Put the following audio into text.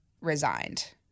resigned